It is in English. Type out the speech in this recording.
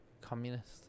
communist